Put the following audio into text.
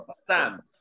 Sam